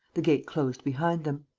the gate closed behind them.